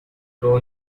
throw